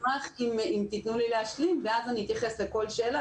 אני אשמח אם תיתנו לי להשלים ואז אתייחס לכל שאלה,